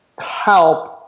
help